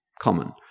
common